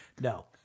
no